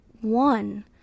one